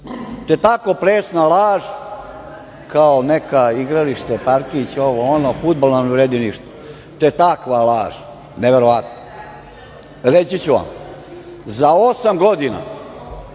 je tako presna laž, kao neko igralište, parkić, ovo, ono, fudbal nam ne vredi ništa. To je takva laž, neverovatna. Reći ću vam - za osam godina